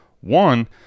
one